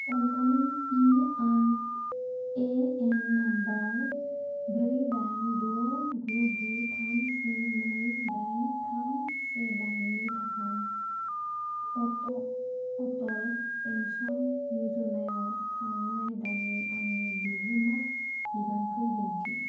अन्नानै PRAN number ब्रै दाइन द' गु गु थाम स्नि नै दाइन थाम से दाइननि थाखाय अटल पेन्सन य'जनायाव थांनाय दाननि आंनि बिहोमा बिबांखौ दिन्थि